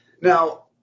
now